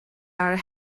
are